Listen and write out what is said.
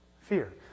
fear